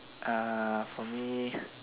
uh for me